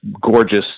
gorgeous